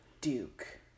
Duke